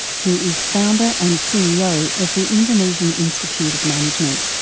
who is founder and ceo of the indonesian institute of management.